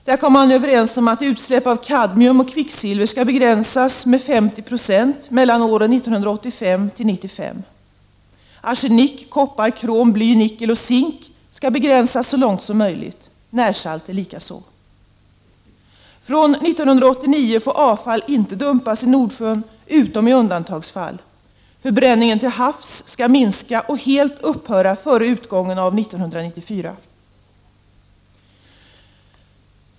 Man kom överens om att utsläpp av kadmium och kvicksilver skall begränsas med 50 76 mellan åren 1985 och 1995. Utsläppen av arsenik, koppar, krom, bly, nickel och zink skall begränsas så långt möjligt, utsläppen av närsalter likaså. Från 1989 får avfall inte dumpas i Nordsjön utom i undantagsfall. Förbränningen till havs skall minska och helt upphöra före utgången av 1994.